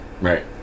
Right